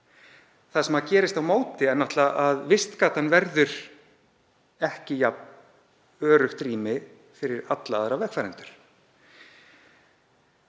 Það sem gerist á móti er náttúrlega að vistgatan verður ekki jafn öruggt rými fyrir alla aðra vegfarendur.